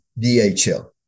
dhl